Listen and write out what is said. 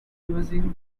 using